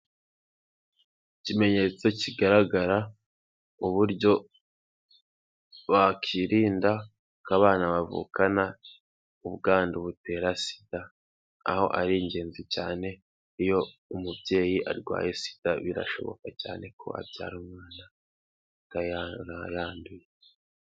Ikimenyetso kigaragara uburyo bakwinda ko abana bavukana ubwandu butera sida, aho ari ingenzi cyane iyo umubyeyi arwaye sida birashoboka cyane ko abyara umwana utarayanduye.